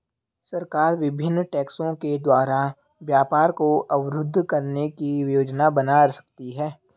सरकार विभिन्न टैक्सों के द्वारा व्यापार को अवरुद्ध करने की योजना बना सकती है